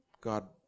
God